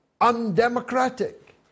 undemocratic